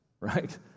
right